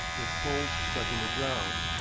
with poles stuck in the ground.